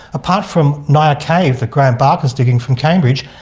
apart from niah cave that graeme barker is digging, from cambridge,